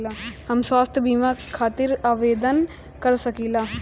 हम स्वास्थ्य बीमा खातिर आवेदन कर सकीला?